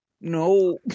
No